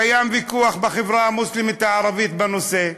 קיים ויכוח בחברה המוסלמית הערבית בנושא,